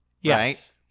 Yes